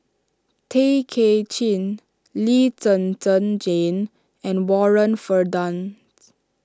Tay Kay Chin Lee Zhen Zhen Jane and Warren Fernandez